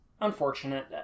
Unfortunate